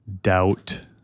doubt